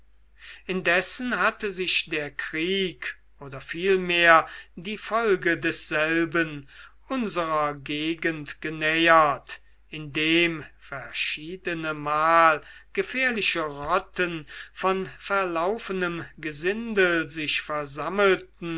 indessen hatte sich der krieg oder vielmehr die folge desselben unserer gegend genähert indem verschiedenemal gefährliche rotten von verlaufenem gesindel sich versammelten